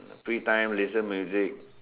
free time listen music